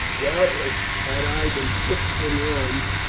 doubtless, had i been fixed in rome,